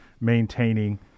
maintaining